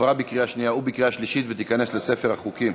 עברה בקריאה שנייה ובקריאה שלישית והחוק ייכנס לספר החוקים.